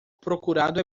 procurado